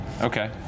Okay